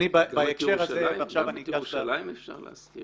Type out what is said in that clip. גם את ירושלים אפשר להזכיר?